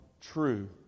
true